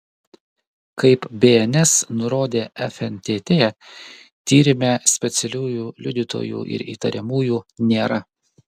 kaip bns nurodė fntt tyrime specialiųjų liudytojų ir įtariamųjų nėra